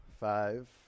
Five